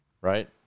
right